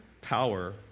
power